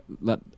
let